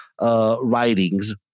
writings